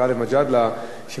שמזל שיש ירדן,